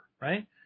right